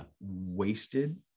wasted